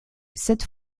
cette